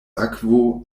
akvo